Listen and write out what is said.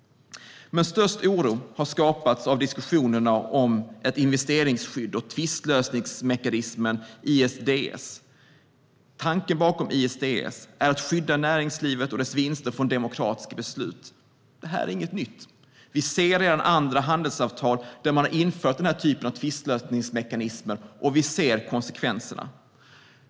Störst oro har dock skapats av diskussionerna om ett investeringsskydd och tvistlösningsmekanismen ISDS. Tanken bakom ISDS är att skydda näringslivet och dess vinster från demokratiska beslut. Det här är inget nytt; vi ser redan andra handelsavtal där man har infört den här typen av tvistlösningsmekanismer, och vi ser konsekvenserna.